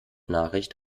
nachricht